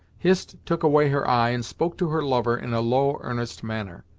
hist took away her eye, and spoke to her lover in a low, earnest manner.